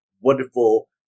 wonderful